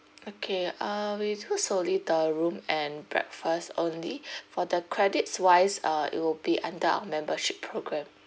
okay uh we do solely the room and breakfast only for the credits wise uh it'll be under our membership program